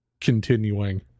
continuing